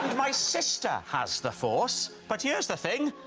my sister has the force. but here's the thing.